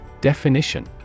Definition